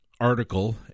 article